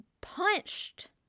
punched